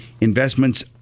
investments